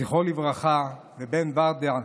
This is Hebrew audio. זכרו לברכה, ובן ורדה,